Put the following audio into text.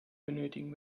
benötigen